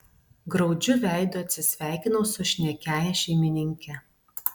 graudžiu veidu atsisveikinau su šnekiąja šeimininke